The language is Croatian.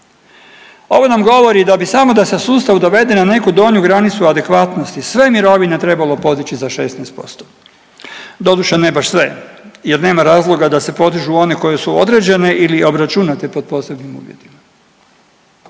Ovo nam govori da bi samo da se sustav dovede na neku donju granicu adekvatnosti sve mirovine trebalo podići za 16%, doduše ne baš sve jer nema razloga da se podižu one koje su određene ili obračunate pod posebnim uvjetima.